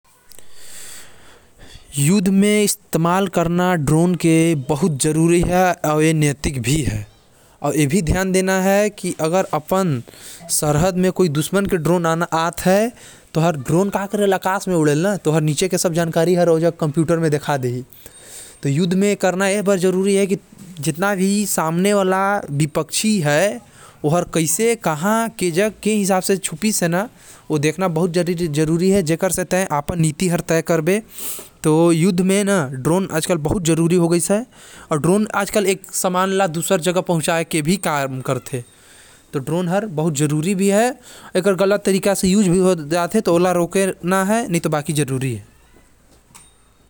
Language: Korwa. ड्रोन के इस्तेमाल नैतिक हवे काबर की ए हर उपरे से सबमन नजर राखथे। जेकर से दुश्मन कहा छुपिस है अउ का करत है सबके पता चलथे।